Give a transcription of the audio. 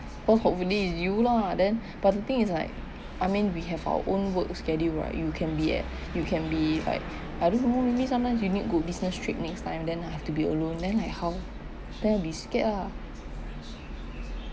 so hopefully is you lah then but the thing is like I mean we have our own work schedule right you can be at you can be like I don't maybe sometimes you need go business trip next time then I have to be alone then like how then will be scared lah